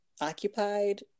occupied